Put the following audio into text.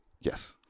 Yes